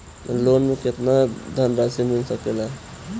Loan मे केतना धनराशी मिल सकेला?